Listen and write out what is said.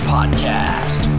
Podcast